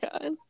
God